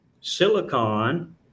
silicon